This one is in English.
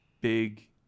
big